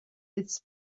its